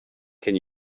can